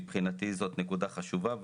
מבחינתי זאת נקודה חשובה.